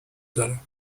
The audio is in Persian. دارم